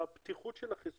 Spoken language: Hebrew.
היא פחות בטוחה בהיבט הייצור,